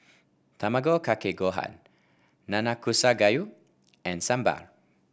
Tamago Kake Gohan Nanakusa Gayu and Sambar